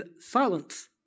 silence